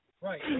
right